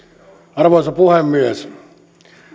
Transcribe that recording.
arvoisa puhemies